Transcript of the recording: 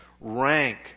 rank